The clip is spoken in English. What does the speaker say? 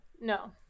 no